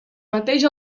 mateix